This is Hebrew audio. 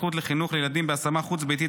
הזכות לחינוך לילדים בהשמה חוץ-ביתית),